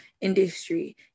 industry